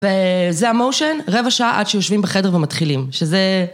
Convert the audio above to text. וזה המושן, רבע שעה עד שיושבים בחדר ומתחילים, שזה...